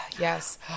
Yes